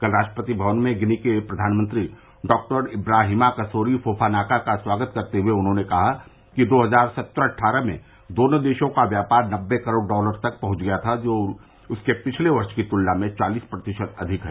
कल राष्ट्रपति भवन में गिनी के प्रधानमंत्री डॉक्टर इब्राहिमा कसोरी फोफानाका स्वागत करते हुए उन्होंने कहा कि दो हजार सत्रह अट्ठारह में दोनों देशों का व्यापार नब्बे करोड़ डॉलर तक पहुंच गया था जो कि उसके पिछले वर्ष की तुलना में चालीस प्रतिशत अधिक है